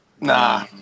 Nah